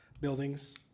buildings